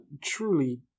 truly